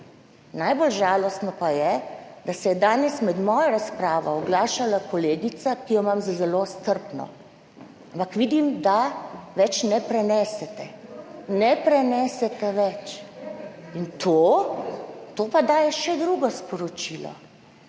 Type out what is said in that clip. Najbolj žalostno pa je, da se je danes med mojo razpravo oglašala kolegica, ki jo imam za zelo strpno, ampak vidim, da več ne prenesete, ne prenesete več. To pa daje še drugo sporočilo.